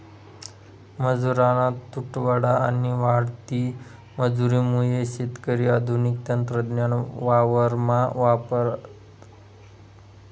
मजुरना तुटवडा आणि वाढती मजुरी मुये शेतकरी आधुनिक तंत्रज्ञान वावरमा वापरतस